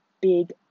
big